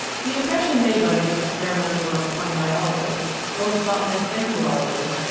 the impression made by this experimental work upon biologists, both botanists and zoologists,